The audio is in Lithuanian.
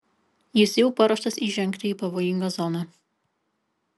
jis jau paruoštas įžengti į pavojingą zoną